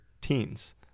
teens